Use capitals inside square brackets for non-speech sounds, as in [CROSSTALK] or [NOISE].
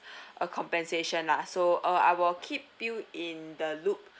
[BREATH] a compensation lah so uh I will keep you in the loop